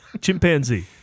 Chimpanzee